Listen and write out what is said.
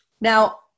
Now